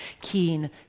keen